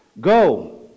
go